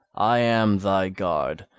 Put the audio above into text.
i am thy guard,